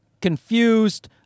confused